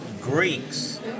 Greeks